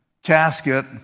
casket